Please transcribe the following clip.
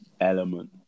element